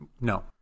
No